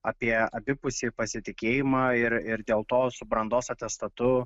apie abipusį pasitikėjimą ir ir dėl to su brandos atestatu